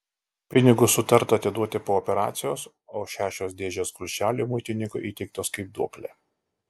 pinigus sutarta atiduoti po operacijos o šešios dėžės kulšelių muitininkui įteiktos kaip duoklė